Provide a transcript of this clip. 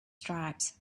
stripes